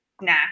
Nah